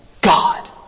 God